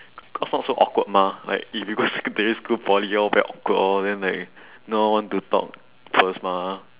cause not so awkward mah like if you go secondary school poly all very awkward all then like no one want to talk first mah